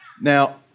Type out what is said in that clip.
Now